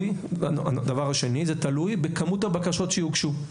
דבר שני, זה תלוי בכמות הבקשות שיוגשו.